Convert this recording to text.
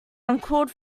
uncalled